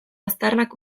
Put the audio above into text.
aztarnak